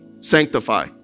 Sanctify